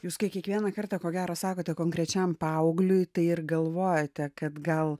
jūs kai kiekvieną kartą ko gero sakote konkrečiam paaugliui tai ir galvojate kad gal